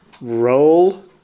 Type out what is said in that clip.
Roll